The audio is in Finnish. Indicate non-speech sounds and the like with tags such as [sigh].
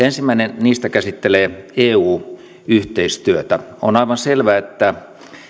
[unintelligible] ensimmäinen niistä käsittelee eu yhteistyötä on aivan selvää että